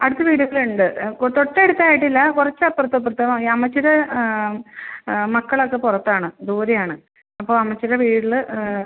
അടുത്ത് വീടൊക്കെയുണ്ട് തൊട്ടടുത്തായിട്ടില്ല കുറച്ചപ്പറത്തും ഇപ്പറത്തും അമ്മച്ചീടെ മക്കളൊക്കെ പുറത്താണ് ദൂരെയാണ് അപ്പോൾ അമ്മച്ചീടെ വീട്ടിൽ